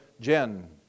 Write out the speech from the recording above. Jen